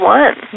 one